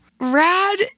Rad